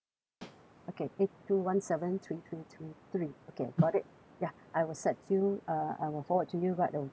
okay eight two one seven three three three three okay got it ya I will send you uh I will forward to you right away